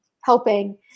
helping